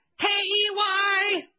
K-E-Y